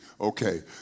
Okay